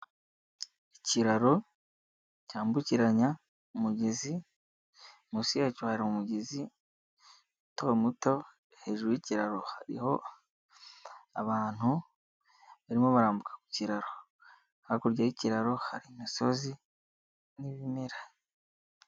Ikiraro cyambukiranya umugezi munsi yacyo hari umugezi muto muto, hejuru y'ikiraro hariho abantu barimo barambuka ku kiraro, hakurya y'ikiraro hari imisozi miremire.